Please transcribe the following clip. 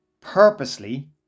purposely